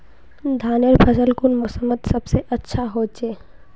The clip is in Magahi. धानेर फसल कुन मोसमोत सबसे अच्छा होचे?